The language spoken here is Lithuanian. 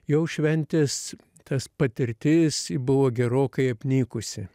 jau šventės tas patirtis ji buvo gerokai apnykusi